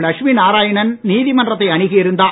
லட்சுமி நாராயணன் நீதிமன்றத்தை அணுகி இருந்தார்